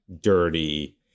dirty